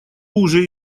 уже